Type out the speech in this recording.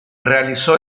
realizó